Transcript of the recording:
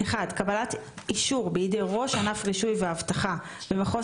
קבלת אישור בידי ראש ענף רישוי ואבטחה במחוז